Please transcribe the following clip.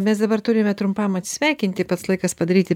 mes dabar turime trumpam atsisveikinti pats laikas padaryti